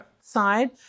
side